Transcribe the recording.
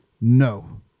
No